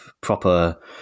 proper